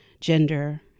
gender